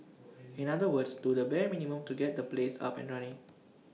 in other words do the bare minimum to get the place up and running